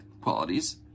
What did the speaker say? qualities